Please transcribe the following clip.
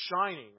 shining